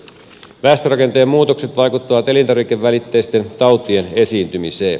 väestörakenteen muutokset vaikuttavat elintarvikevälitteisten tautien esiintymiseen